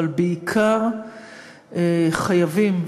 אבל בעיקר חייבים,